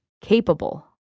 capable